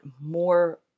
more